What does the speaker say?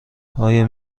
آیا